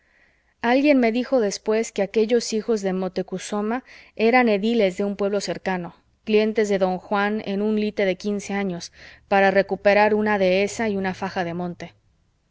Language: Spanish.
alguien me dijo después que aquellos hijos de motecuhzoma eran ediles de un pueblo cercano clientes de don juan en un lite de quince años para recuperar una dehesa y una faja de monte